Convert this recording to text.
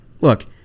Look